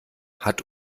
hat